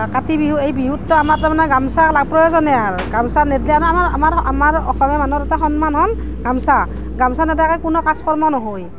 কাতি বিহু এই বিহুততো আমাৰ তাৰমানে গামচাৰ লা প্ৰয়োজনে আৰ গামচা নেদলি আৰু আমাৰ আমাৰ আমাৰ অসমীয়া মানহৰ এটা সন্মান হ'ল গামচা গামচা নেদাকে কোনো কাজ কৰ্ম নহয়